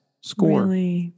score